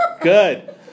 Good